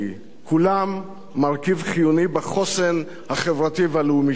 כולם מרכיב חיוני בחוסן החברתי והלאומי שלנו.